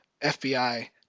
fbi